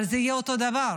אבל זה יהיה אותו הדבר.